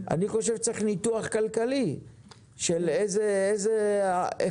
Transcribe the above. אני חושב שצריך ניתוח כלכלי של אילו החזרים.